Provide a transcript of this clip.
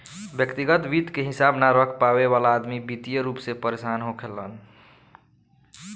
व्यग्तिगत वित्त के हिसाब न रख पावे वाला अदमी वित्तीय रूप से परेसान होखेलेन